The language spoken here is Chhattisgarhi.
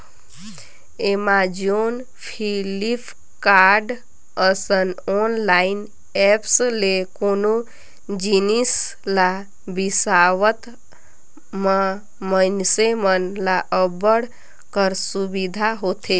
एमाजॉन, फ्लिपकार्ट, असन ऑनलाईन ऐप्स ले कोनो जिनिस ल बिसावत म मइनसे मन ल अब्बड़ कर सुबिधा होथे